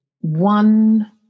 one